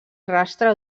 rastre